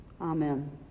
Amen